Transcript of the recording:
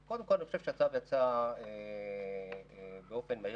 קודם כל, אני חושב שהצו יצא באופן מהיר.